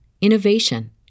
innovation